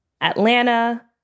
Atlanta